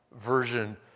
version